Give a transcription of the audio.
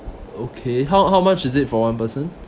okay how how much is it for one person